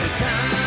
time